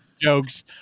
jokes